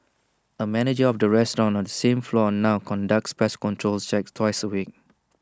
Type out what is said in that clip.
A manager of the restaurant on the same floor now conducts pest control checks twice A week